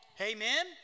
Amen